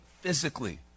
physically